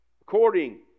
According